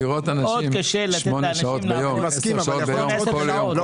לראות אנשים שמונה שעות ביום כל יום.